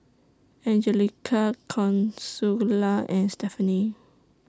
Angelica Consuela and Stephanie